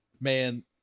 Man